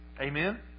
Amen